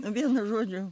vienu žodžiu